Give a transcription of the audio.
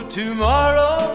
tomorrow